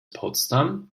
potsdam